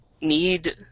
need